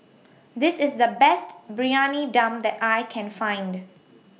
This IS The Best Briyani Dum that I Can Find